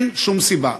אין שום סיבה.